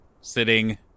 sitting